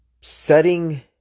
setting